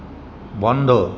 বন্ধ